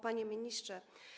Panie Ministrze!